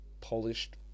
polished